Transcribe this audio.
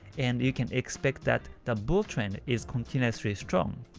and you can expect that the bull trend is continuously strong,